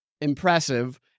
impressive